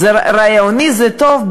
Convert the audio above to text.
רעיונית זה טוב,